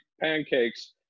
pancakes